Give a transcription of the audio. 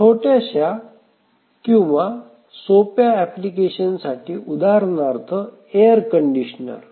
छोट्याश्या किंवा सोप्या एप्लीकेशन साठी उदाहरणार्थ एयर कंडीशनर